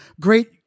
great